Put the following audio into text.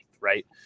right